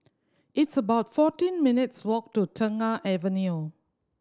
it's about fourteen minutes' walk to Tengah Avenue